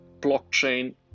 blockchain